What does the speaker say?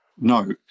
no